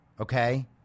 Okay